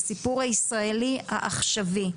בסיפור הישראלי העכשווי.